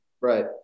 Right